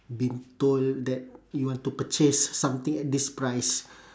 been told that you want to purchase something at this price